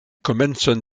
komencon